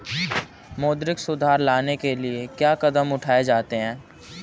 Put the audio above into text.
मौद्रिक सुधार लाने के लिए क्या कदम उठाए जाते हैं